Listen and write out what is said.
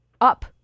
Up